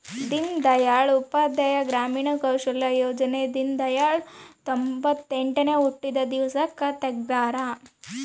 ದೀನ್ ದಯಾಳ್ ಉಪಾಧ್ಯಾಯ ಗ್ರಾಮೀಣ ಕೌಶಲ್ಯ ಯೋಜನೆ ದೀನ್ದಯಾಳ್ ರ ತೊಂಬೊತ್ತೆಂಟನೇ ಹುಟ್ಟಿದ ದಿವ್ಸಕ್ ತೆಗ್ದರ